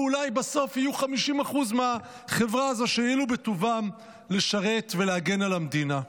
ואולי בסוף יהיו 50% מהחברה הזו שיואילו בטובם לשרת ולהגן על המדינה.